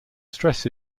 stress